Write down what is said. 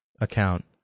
account